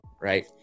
Right